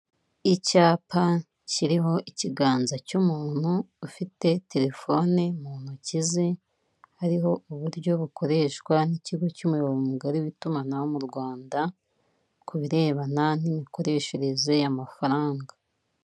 Icyapa kiriho ikiganza cy'umuntu ufite telefone mu ntoki ze, hariho uburyo bukoreshwa n'ikigo cy'umuyoboro mugari w'itumanaho mu Rwanda ku birebana n'imikoreshereze y'amafaranga.